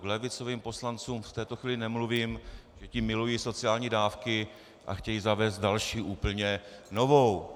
K levicovým poslancům v této chvíli nemluvím, protože ti milují sociální dávky a chtějí zavést další, úplně novou.